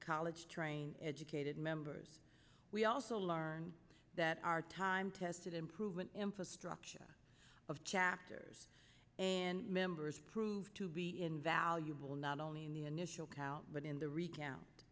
college trained educated members we also learned that our time tested improvement infrastructure of chapters and members proved to be invaluable not only in the initial coude but in the recount